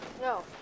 no